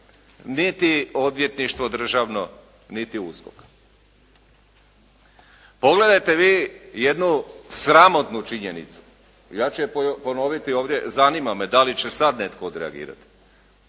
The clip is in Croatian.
niti odvjetništvo državno, niti USKOK. Pogledajte vi jednu sramotnu činjenicu. Ja ću je ponoviti ovdje. Zanima me da li će sad netko odreagirati.